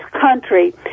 country